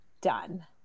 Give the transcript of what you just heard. done